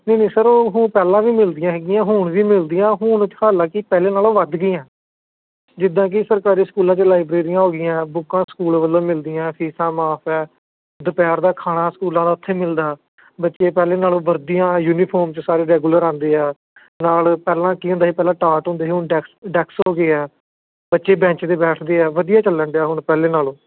ਨਹੀਂ ਨਹੀਂ ਸਰ ਉਹ ਪਹਿਲਾਂ ਵੀ ਮਿਲਦੀਆਂ ਹੈਗੀਆਂ ਹੁਣ ਵੀ ਮਿਲਦੀਆਂ ਹੁਣ ਹਾਲਾਂਕਿ ਪਹਿਲਾਂ ਨਾਲੋਂ ਵੱਧ ਗਈਆਂ ਜਿੱਦਾਂ ਕਿ ਸਰਕਾਰੀ ਸਕੂਲਾਂ 'ਚ ਲਾਈਬਰੇਰੀਆਂ ਹੋ ਗਈਆਂ ਬੁੱਕਾਂ ਸਕੂਲ ਵੱਲੋਂ ਮਿਲਦੀਆਂ ਫੀਸਾਂ ਮੁਆਫ ਹੈ ਦੁਪਹਿਰ ਦਾ ਖਾਣਾ ਸਕੂਲਾਂ ਦਾ ਉੱਥੇ ਮਿਲਦਾ ਬੱਚੇ ਪਹਿਲਾਂ ਨਾਲੋਂ ਵਰਦੀਆਂ ਯੂਨੀਫਾਰਮ 'ਚ ਸਾਰੇ ਰੈਗੂਲਰ ਆਉਂਦੇ ਆ ਨਾਲ ਪਹਿਲਾਂ ਕੀ ਹੁੰਦਾ ਸੀ ਪਹਿਲਾਂ ਟਾਟ ਹੁੰਦੇ ਸੀ ਹੁਣ ਡੈਕਸ ਡੈਸਕ ਹੋ ਗਏ ਆ ਬੱਚੇ ਬੈਂਚ 'ਤੇ ਬੈਠਦੇ ਹੈ ਵਧੀਆ ਚੱਲਣ ਡਿਆ ਹੁਣ ਪਹਿਲਾਂ ਨਾਲੋਂ